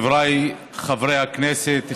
חבריי חברי הכנסת,